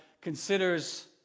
considers